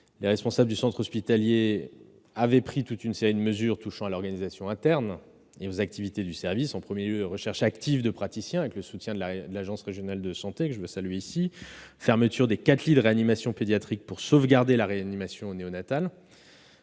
Les responsables du centre ont pris toute une série de mesures touchant à l'organisation interne et aux activités du service : recherche active de praticiens avec le soutien de l'agence régionale de santé ; fermeture des quatre lits de réanimation pédiatrique pour sauvegarder la réanimation néonatale,